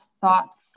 thoughts